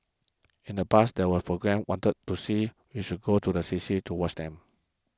in the past there were programmes wanted to see we should go to the C C to watch them